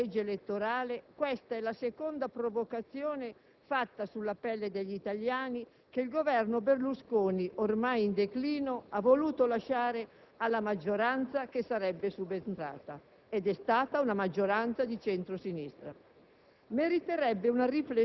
Dopo la riforma della legge elettorale, questa è la seconda provocazione fatta sulla pelle degli italiani che il Governo Berlusconi, ormai in declino, ha voluto lasciare alla maggioranza che sarebbe subentrata (ed è stata di centro-sinistra).